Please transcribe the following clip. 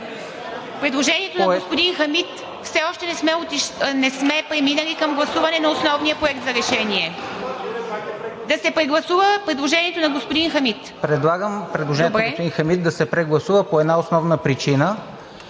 Предложението на господин Хамид. Все още не сме преминали към гласуване на основния Проект за решение. Да се прегласува предложението на господин Хамид. ПЕТЪР НИКОЛОВ: Предлагам предложението на господин Хамид да се прегласува по една основна причина